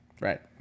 right